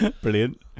Brilliant